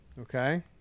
okay